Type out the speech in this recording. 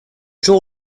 jour